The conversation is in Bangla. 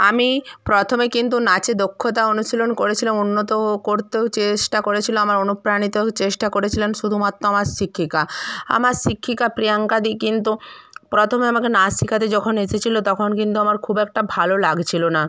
আমি প্রথমে কিন্তু নাচে দক্ষতা অনুশীলন করেছিলাম উন্নত করতেও চেষ্টা করেছিলাম আমার অনুপ্রাণিত চেষ্টা করেছিলেন শুধুমাত্র আমার শিক্ষিকা আমার শিক্ষিকা প্রিয়াঙ্কাদি কিন্তু প্রথমে আমাকে নাচ শেখাতে যখন এসেছিলো তখন কিন্তু আমার খুব একটা ভালো লাগছিলো না